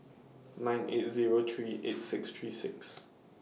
nine eight Zero three eight six three six